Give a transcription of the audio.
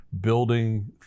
building